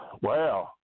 wow